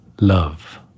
love